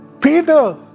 Peter